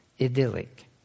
Idyllic